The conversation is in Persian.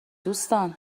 دوستان